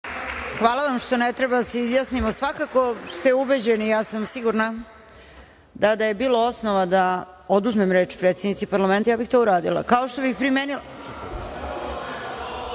Hvala što ne treba da se izjasnimo, svakako ste ubeđeni, ja sam sigurna da da je bilo osnova da oduzmem reč predsednici Parlamenta, ja bih to uradila, kao što bih primenila